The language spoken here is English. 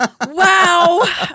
wow